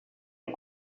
les